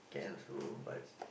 can also but